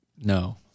no